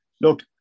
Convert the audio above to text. look